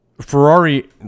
Ferrari